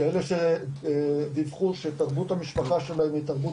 כאלה שדיווחו שתרבות המשפחה שלהם היא תרבות